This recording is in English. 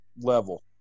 level